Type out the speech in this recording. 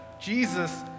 Jesus